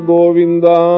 Govinda